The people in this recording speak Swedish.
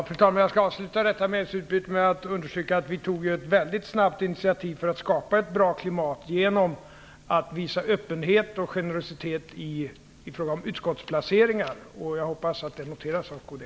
Fru talman! Jag skall avsluta detta meningsutbyte med att understryka att vi tog ett snabbt initiativ för att skapa ett bra klimat genom att visa öppenhet och generositet i fråga om utskottsplaceringar. Jag hoppas att det noteras av kds.